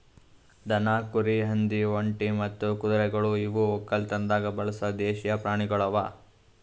ದನ, ಕುರಿ, ಹಂದಿ, ಒಂಟಿ ಮತ್ತ ಕುದುರೆಗೊಳ್ ಇವು ಒಕ್ಕಲತನದಾಗ್ ಬಳಸ ದೇಶೀಯ ಪ್ರಾಣಿಗೊಳ್ ಅವಾ